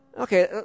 okay